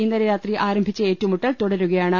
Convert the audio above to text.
ഇന്നലെ രാത്രി ആരംഭിച്ച ഏറ്റുമുട്ടൽ തുട രുകയാണ്